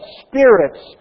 spirits